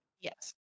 Yes